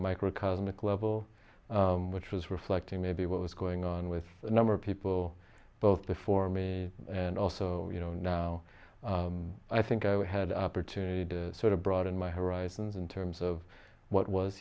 microcosmic level which was reflecting maybe what was going on with a number of people both before me and also you know now i think i had an opportunity to sort of broaden my horizons in terms of what was